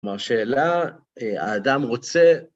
כלומר, שאלה, האדם רוצה...